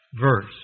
verse